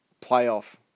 playoff